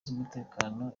z’umutekano